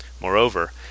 Moreover